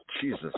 Jesus